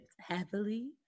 happily